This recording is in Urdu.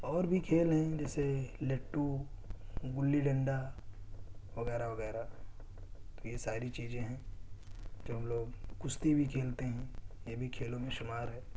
اور بھی کھیل ہیں جیسے لٹو گلی ڈنڈا وغیرہ وغیرہ یہ ساری چیزیں ہیں جو ہم لوگ کشتی بھی کھیلتے ہیں یہ بھی کھیلوں میں شمار ہے